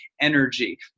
energy